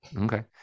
Okay